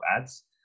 ads